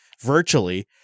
virtually